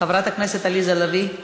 חברת הכנסת עליזה לביא,